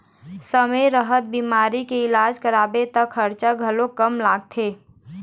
समे रहत बिमारी के इलाज कराबे त खरचा घलोक कम लागथे